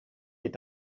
est